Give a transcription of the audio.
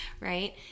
right